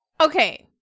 okay